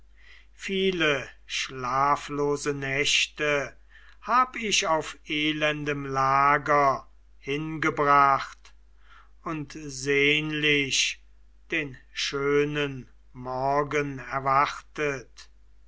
viele schlaflose nächte hab ich auf elendem lager hingebracht und sehnlich den schönen morgen erwartet